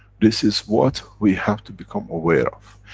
this is what we have to become aware of,